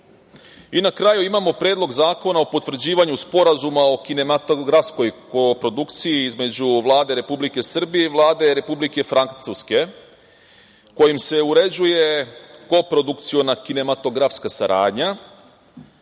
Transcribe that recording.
kraju, imamo Predlog zakona o potvrđivanju Sporazuma o kinematografskoj koprodukciji između Vlade Republike Srbije i Vlade Republike Francuske, kojim se uređuje koprodukciona kinematografska saradnja.